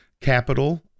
Capital